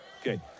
Okay